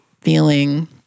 feeling